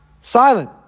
Silent